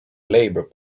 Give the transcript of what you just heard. labor